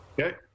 okay